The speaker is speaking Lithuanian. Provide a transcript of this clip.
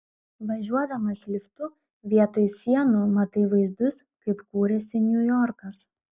važiuodamas liftu vietoj sienų matai vaizdus kaip kūrėsi niujorkas